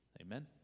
Amen